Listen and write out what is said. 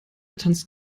tanzt